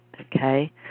Okay